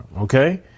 Okay